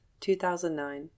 2009